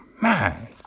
man